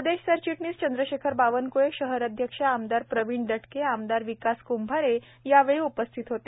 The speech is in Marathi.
प्रदेश सरचिटणीस चंद्रशेखर बावनक्ळेशहर अध्यक्ष आमदार प्रवीण दटकेआमदार विकास कंभारेयावेळी उपस्थित होते